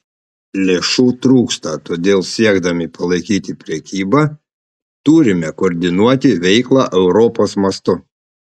lėšų trūksta todėl siekdami palaikyti prekybą turime koordinuoti veiklą europos mastu